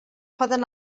poden